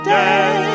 day